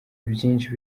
byinshi